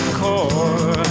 core